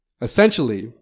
Essentially